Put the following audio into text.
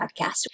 podcast